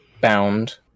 bound